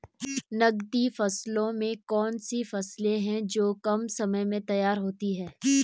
नकदी फसलों में कौन सी फसलें है जो कम समय में तैयार होती हैं?